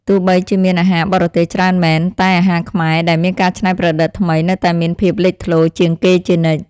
ទោះបីជាមានអាហារបរទេសច្រើនមែនតែអាហារខ្មែរដែលមានការច្នៃប្រឌិតថ្មីនៅតែមានភាពលេចធ្លោជាងគេជានិច្ច។